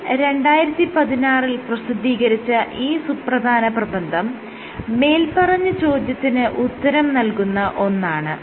cell 2006 ൽ പ്രസിദ്ധീകരിച്ച ഈ സുപ്രധാന പ്രബന്ധം മേല്പറഞ്ഞ ചോദ്യത്തിന് ഉത്തരം നല്കുന്ന ഒന്നാണ്